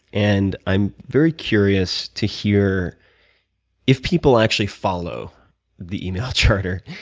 and i'm very curious to hear if people actually follow the email charter.